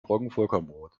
roggenvollkornbrot